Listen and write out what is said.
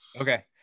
Okay